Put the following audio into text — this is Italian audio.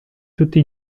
tutti